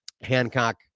Hancock